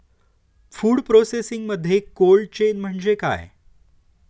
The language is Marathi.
फूड प्रोसेसिंगमध्ये कोल्ड चेन म्हणजे काय?